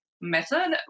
method